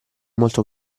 molto